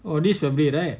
oh this family right